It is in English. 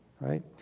right